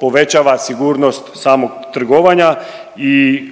povećava sigurnost samog trgovanja i